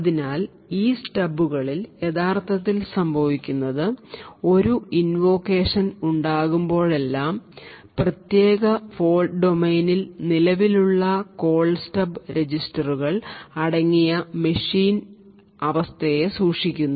അതിനാൽ ഈ സ്റ്റബുകളിൽ യഥാർത്ഥത്തിൽ സംഭവിക്കുന്നത് ഒരു ഇൻവോക്കേഷൻ ഉണ്ടാകുമ്പോഴെല്ലാം പ്രത്യേക ഫോൾട് ഡൊമെയ്നിൽ നിലവിലുള്ള കോൾ സ്റ്റബ് രജിസ്റ്ററുകൾ അടങ്ങിയ മെഷീന്റെ അവസ്ഥയെ സൂക്ഷിക്കുന്നു